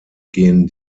gehen